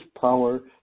power